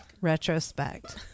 retrospect